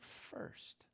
first